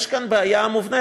יש כאן בעיה מובנית,